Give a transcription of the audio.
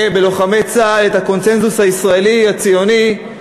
בלוחמי צה"ל את הקונסנזוס הציוני הישראלי,